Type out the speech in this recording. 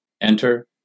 Enter